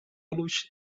los